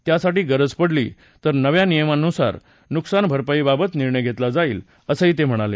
त्यासाठी गरज पडली तर नव्या नियमांनुसार नुकसान भरपाईबाबत निर्णय घेतला जाईल असं ते म्हणाले